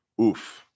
Oof